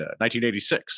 1986